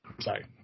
Sorry